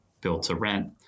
built-to-rent